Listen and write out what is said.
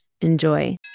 Enjoy